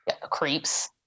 Creeps